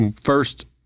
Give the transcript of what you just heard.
First